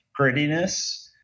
grittiness